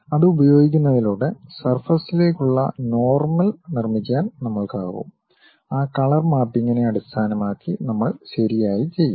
അത് ഉപയോഗിക്കുന്നതിലൂടെ സർഫസിലേക്കുള്ള നോർമൽ നിർമ്മിക്കാൻ നമ്മൾക്കാകും ആ കളർ മാപ്പിംഗിനെ അടിസ്ഥാനമാക്കി നമ്മൾ ശരിയായി ചെയ്യും